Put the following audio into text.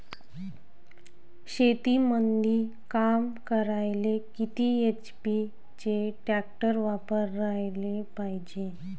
शेतीमंदी काम करायले किती एच.पी चे ट्रॅक्टर वापरायले पायजे?